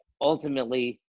ultimately